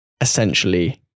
essentially